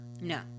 No